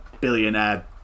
billionaire